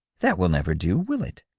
that will never do, will it?